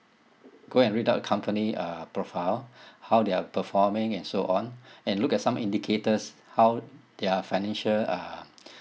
go and read up the company uh profile how they're performing and so on and look at some indicators how their financial uh